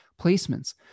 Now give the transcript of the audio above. placements